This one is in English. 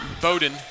Bowden